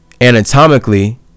anatomically